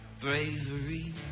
bravery